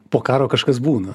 po karo kažkas būna